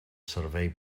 servei